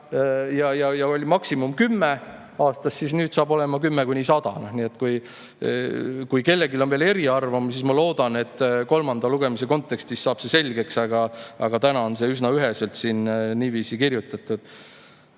ja maksimum 10% aastas, nüüd saab olema 10–100%. Kui kellelgi on veel eriarvamusi, siis ma loodan, et kolmanda lugemise kontekstis saab see selgeks, aga täna on see üsna üheselt siin niiviisi kirjutatud.